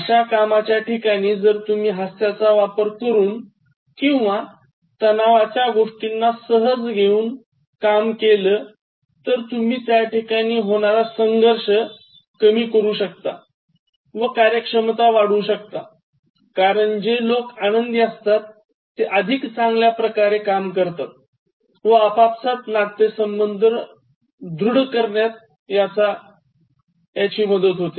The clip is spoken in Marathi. अश्या कामाच्या ठिकाणी जर तुम्ही हास्याचा वापर करून किंवा तणावाच्या गोष्टींना सहज घेऊन काम केले तर तुम्ही त्या ठिकाणी होणारा संघर्ष कमी करू शकता व कार्यक्षमता वाढवू शकता कारण जे लोक आनंदी असतात ते अधिक चांगल्या प्रकारे काम करतात व आपापसात नातेसंबंध दृढ होतात